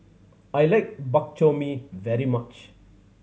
I like Bak Chor Mee very much